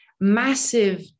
massive